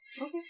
Okay